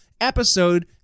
episode